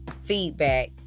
feedback